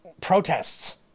protests